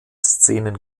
szenen